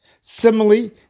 Similarly